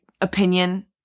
opinion